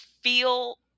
feel